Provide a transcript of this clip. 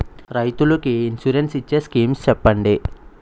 రైతులు కి ఇన్సురెన్స్ ఇచ్చే స్కీమ్స్ చెప్పండి?